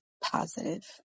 positive